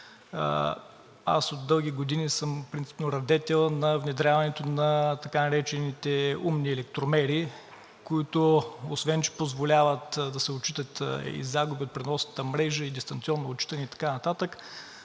Аз от дълги години съм принципно радетел на внедряването на така наречените умни електромери, които, освен че позволяват да се отчитат и загуби от преносната мрежа, дистанционно отчитане и така нататък,